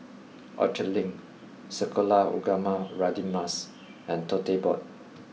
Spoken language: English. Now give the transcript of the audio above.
Orchard Link Sekolah Ugama Radin Mas and Tote Board